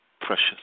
precious